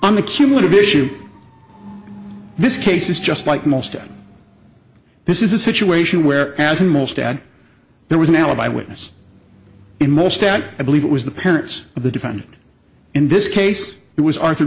on the cumulative issue this case is just like most that this is a situation where as in most add there was an alibi witness in more stat i believe it was the parents of the defendant in this case it was arthur